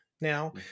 now